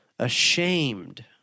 Ashamed